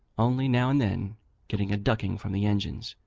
only now and then getting a ducking from the engines,